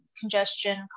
congestion